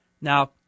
Now